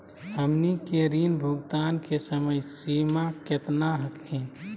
हमनी के ऋण भुगतान के समय सीमा केतना हखिन?